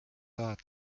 tahad